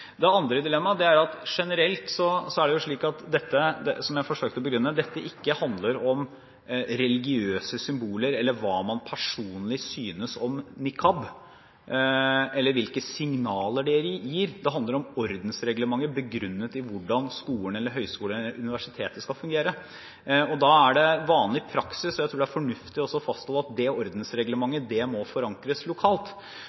er at generelt er det slik at dette, som jeg forsøkte å begrunne, ikke handler om religiøse symboler eller hva man personlig synes om niqab, eller hvilke signaler dette gir. Det handler om ordensreglementet, begrunnet i hvordan skolen eller høyskolen eller universitetet skal fungere. Da er det vanlig praksis – og jeg tror det er fornuftig å fastholde – at ordensreglementet forankres lokalt. Men så tror jeg at den debatten som er, tydeliggjør for institusjonene at det